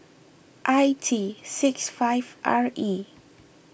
I T six five R E